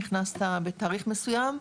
נכנסת בתאריך מסוים,